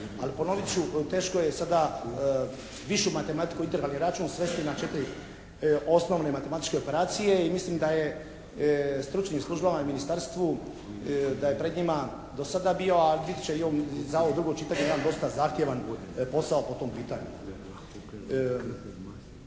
Ali ponovit ću teško je sada višu matematiku, integralni račun svesti na 4 osnovne matematičke operacije i mislim da je stručnim službama i Ministarstvu da je pred njima do sada bio, a bit će i za ovo drugo čitanje jedan dosta zahtjevan posao po tom pitanju.